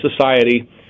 society